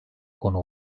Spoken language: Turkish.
konu